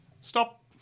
Stop